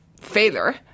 failure